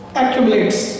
accumulates